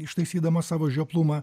ištaisydamas savo žioplumą